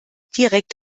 direkt